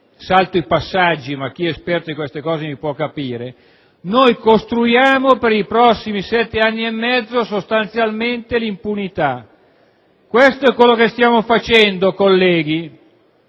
(salto i passaggi, ma chi è esperto in materia può capire), costruiamo per i prossimi sette anni e mezzo sostanzialmente l'impunità. Questo è quanto stiamo facendo, colleghi: